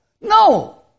No